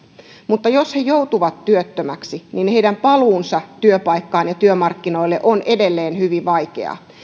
mutta jos he joutuvat työttömäksi niin heidän paluunsa työpaikkaan ja työmarkkinoille on edelleen hyvin vaikeaa